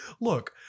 Look